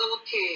Okay